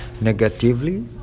negatively